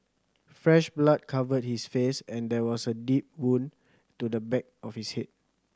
fresh blood covered his face and there was a deep wound to the back of his head